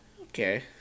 Okay